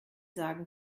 sagen